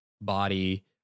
body